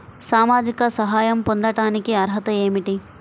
సామాజిక సహాయం పొందటానికి అర్హత ఏమిటి?